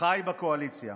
אחיי בקואליציה,